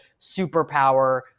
superpower